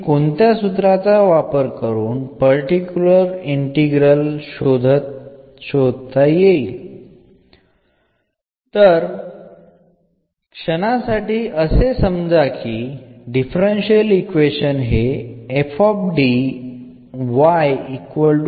എന്നത് എന്ന ഫോം ആണെങ്കിൽ ഒരു പർട്ടിക്കുലർ ഇന്റഗ്രൽ കണ്ടെത്തുന്നതിനുള്ള നമ്മുടെ ഫോർമുല എന്തായിരിക്കും